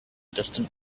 distant